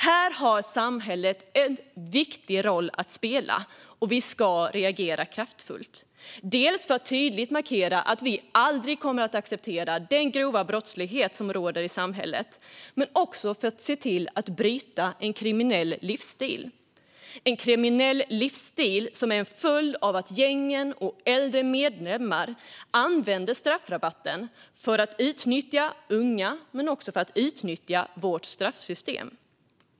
Här har samhället en viktig roll att spela. Vi ska reagera kraftfullt, dels för att tydligt markera att vi aldrig kommer att acceptera den grova brottslighet som råder i samhället, dels för att se till att bryta en kriminell livsstil som är en följd av att gängen och äldre medlemmar använder straffrabatten för att utnyttja unga och för att utnyttja vårt straffsystem.